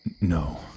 No